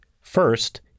First